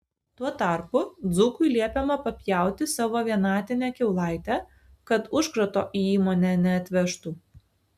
tuo tarpu dzūkui liepiama papjauti savo vienatinę kiaulaitę kad užkrato į įmonę neatvežtų